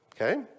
Okay